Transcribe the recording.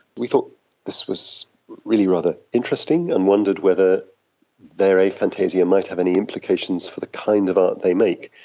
we thought this was really rather interesting and wondered whether their aphantasia might have any implications for the kind of art they make.